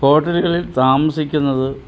ഹോട്ടലുകളിൽ താമസിക്കുന്നത്